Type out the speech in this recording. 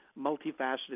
multifaceted